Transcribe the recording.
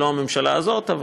זו לא הממשלה הזאת,